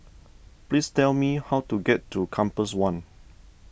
please tell me how to get to Compass one